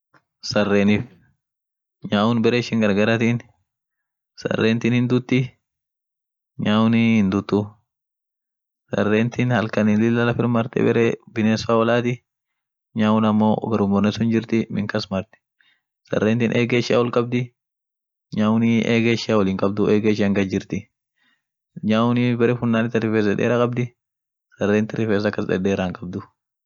sarenif nyaun bare ishin gargatin sarentin hindudi, nyauniihindudu, sarrentin halkan lila lafir marti, nyaun halkan hinraftii.